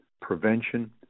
prevention